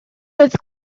oedd